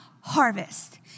harvest